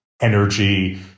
energy